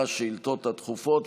לשאילתות הדחופות.